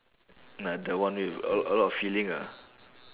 like the one with a a lot of feeling ah